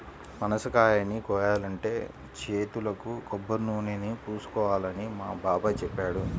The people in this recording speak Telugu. పనసకాయని కోయాలంటే చేతులకు కొబ్బరినూనెని పూసుకోవాలని మా బాబాయ్ చెప్పాడు